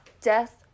death